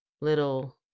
little